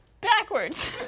backwards